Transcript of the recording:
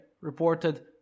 reported